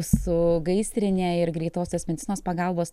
su gaisrine ir greitosios medicinos pagalbos